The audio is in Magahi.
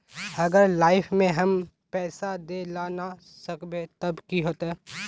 अगर लाइफ में हम पैसा दे ला ना सकबे तब की होते?